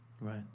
right